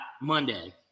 Monday